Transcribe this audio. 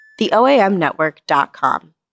TheOAMNetwork.com